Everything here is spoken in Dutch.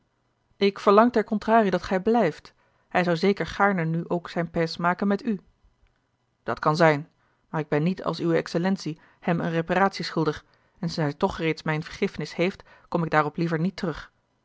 ik verlang ter contrarie dat gij blijft hij zou zeker gaarne nu ook zijn pays maken met u dat kan zijn maar ik ben niet als uwe excellentie hem eene reparatie schuldig en sinds hij toch reeds mijne vergiffenis heeft kome ik daarop liever niet terug